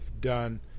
done